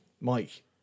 Mike